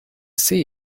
see